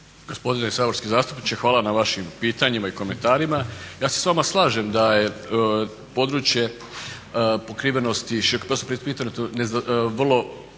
Gospodine saborski zastupniče, hvala na vašim pitanjima i komentarima. Ja se s vama slažem da je područje pokrivenosti … vrlo bitno